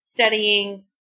studying